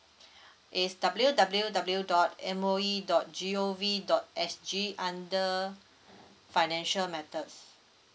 is W W W dot M_O_E dot G O V dot S G under financial matters